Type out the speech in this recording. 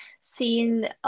seen